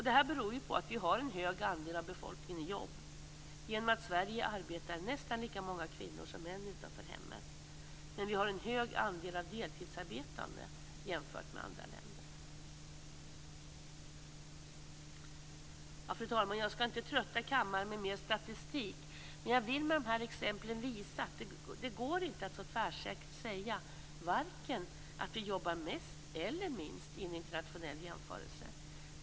Detta beror ju på att vi har en stor andel av befolkningen i arbete genom att nästan lika många kvinnor som män arbetar utanför hemmet i Sverige. Men vi har en stor andel av deltidsarbetande jämfört med andra länder. Fru talman! Jag skall inte trötta kammaren med mer statistik. Men jag vill med dessa exempel visa att det inte går att så tvärsäkert säga vare sig att vi jobbar mest eller minst vid en internationell jämförelse.